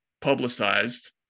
publicized